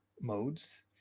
modes